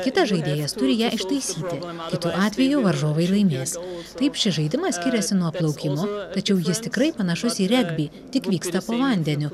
kitas žaidėjas turi ją ištaisyti kitu atveju varžovai laimės taip šis žaidimas skiriasi nuo plaukimo tačiau jis tikrai panašus į regbį tik vyksta po vandeniu